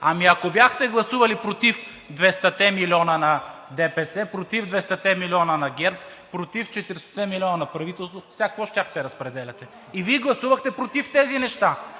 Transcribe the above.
Ами, ако бяхте гласували против 200-те милиона на ДПС, против 200-те милиона на ГЕРБ, против 400-те милиона на правителството, сега какво щяхте да разпределяте?! И Вие гласувахте против тези неща?!